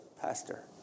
pastor